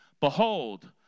behold